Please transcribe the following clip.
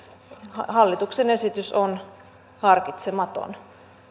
hallituksen esitys on harkitsematon